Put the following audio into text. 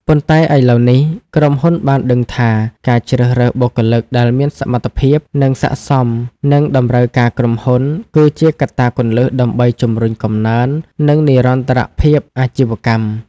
ប៉ុន្តែឥឡូវនេះ ក្រុមហ៊ុនបានដឹងថា ការជ្រើសរើសបុគ្គលិកដែលមានសមត្ថភាព និងស័ក្តិសមនឹងតម្រូវការក្រុមហ៊ុន គឺជាកត្តាគន្លឹះដើម្បីជំរុញកំណើន និងនិរន្តរភាពអាជីវកម្ម។